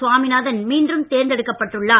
சாமிநாதன் மீண்டும் தேர்ந்தெடுக்கப்பட்டு உள்ளார்